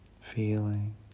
feeling